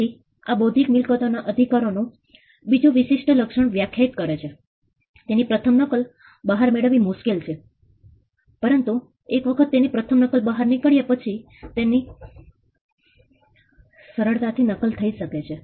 તેથી આ બૌદ્ધિક મિલકતોના અધિકારો નું બીજું વિશિષ્ટ લક્ષણ વ્યાખ્યાયિત કરે છે તેની પ્રથમ નકલ બહાર મેળવવી મુશ્કેલ છે પરંતુ એક વખત તેની પ્રથમ નકલ બહાર નીકળ્યા પછી તેની સરળતાથી નકલ થઇ શકે છે